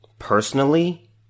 Personally